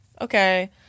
Okay